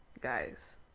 guys